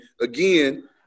again